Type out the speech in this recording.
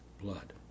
blood